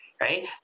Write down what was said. right